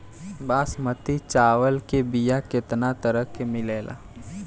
बासमती चावल के बीया केतना तरह के मिलेला?